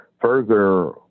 further